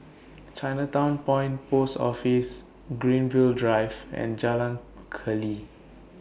Chinatown Point Post Office Greenfield Drive and Jalan Keli